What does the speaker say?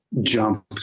jump